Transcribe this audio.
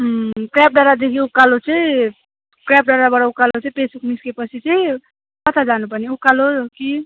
अँ ट्र्याप डाँडादेखि उकालो चाहिँ ट्र्याप डाँडाबाट उकालो चाहिँ पेसोक निस्केपछि चाहिँ कता जानुपर्ने उकालै हो कि